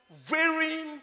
varying